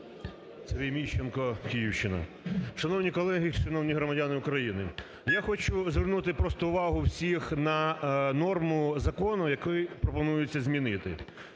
Сергій Міщенко, Київщина. Шановні колеги! Шановні громадяни України! Я хочу звернути просто увагу всіх на норму закону, яку пропонується змінити.